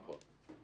נכון.